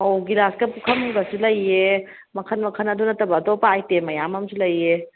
ꯑꯧ ꯒꯤꯂꯥꯁꯀ ꯄꯨꯈꯝ ꯒꯁꯨ ꯂꯩꯌꯦ ꯃꯈꯜ ꯃꯈꯜ ꯑꯗꯨ ꯅꯠꯇꯕ ꯑꯇꯣꯞꯄ ꯑꯥꯏꯇꯦꯝ ꯃꯌꯥꯝ ꯑꯃꯁꯨ ꯂꯩꯌꯦ